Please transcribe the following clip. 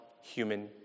human